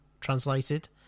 translated